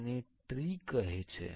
તેને ટ્રી કહે છે